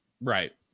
right